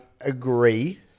agree